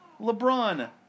LeBron